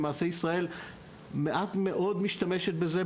למעשה ישראל מעט מאוד משתמשת בזה,